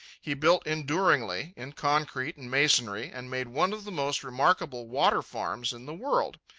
he built enduringly, in concrete and masonry, and made one of the most remarkable water-farms in the world.